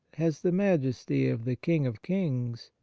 has the majesty of the king of kings,